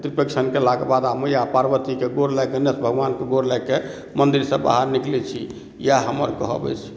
त्रिपेक्षण केला के बाद आ मैया पार्वती के गोर लागि के गणेश भगवान के गोर लागि के मंदिरसं बाहर निकलै छी इएह हमर कहब अइछ